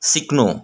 सिक्नु